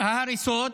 ההריסות